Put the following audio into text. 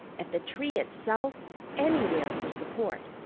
at the tree itself anywhere for support.